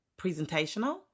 presentational